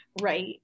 Right